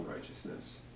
righteousness